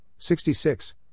66